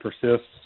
persists